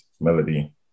Melody